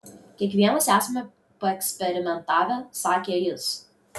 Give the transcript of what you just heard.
kiekvienas esame paeksperimentavę sakė jis